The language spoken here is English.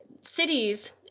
cities